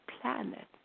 planet